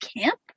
camp